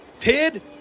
Ted